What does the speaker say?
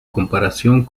comparación